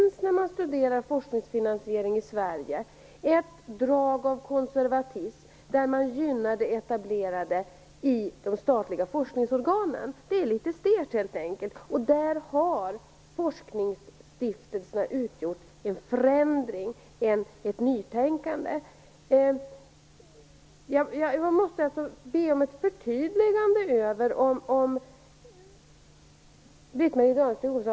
När man studerar forskningsfinansiering i Sverige ser man att det finns ett drag av konservatism där de statliga forskningsorganen gynnar det etablerade. Det är helt enkelt litet stelt. Här har forskningsstiftelserna inneburit en förändring och ett nytänkande. Jag måste be om ett förtydligande från Britt-Marie Danestig-Olofsson.